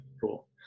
Cool